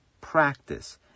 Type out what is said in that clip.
practice